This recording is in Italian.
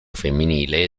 femminile